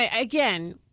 again